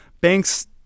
banks